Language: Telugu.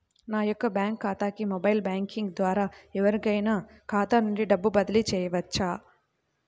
నా యొక్క బ్యాంక్ ఖాతాకి మొబైల్ బ్యాంకింగ్ ద్వారా ఎవరైనా ఖాతా నుండి డబ్బు బదిలీ చేయవచ్చా?